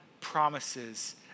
promises